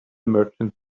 merchant